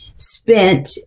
spent